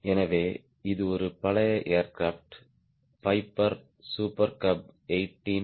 எனவே இது ஒரு பழைய ஏர்கிராப்ட் பைபர் சூப்பர் கப் 18 150